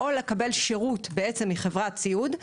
או לקבל שירות מחברת סיעוד,